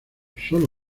sólo